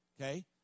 okay